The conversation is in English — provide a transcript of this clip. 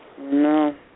No